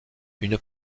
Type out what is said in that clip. une